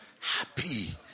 happy